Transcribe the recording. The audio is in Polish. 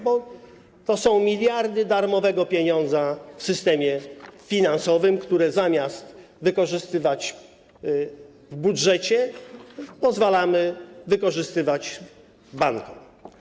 Bo to są miliardy darmowego pieniądza w systemie finansowym, które zamiast wykorzystywać w budżecie, pozwalamy wykorzystywać w banku.